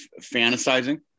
fantasizing